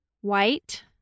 white